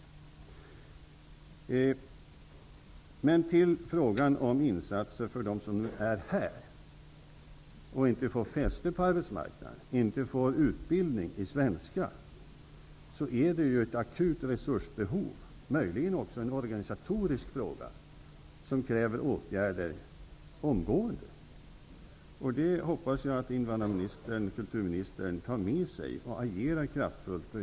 Så vill jag ta upp frågan om insatser för de invandrare och flyktingar som nu är här och inte får fäste på arbetsmarknaden eller utbildning i svenska. Det rör sig om ett akut resursbehov. Det är möjligen också en organisatorisk fråga, vilken kräver åtgärder omgående. Jag hoppas att kulturministern tar till sig detta och agerar kraftfullt.